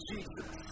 Jesus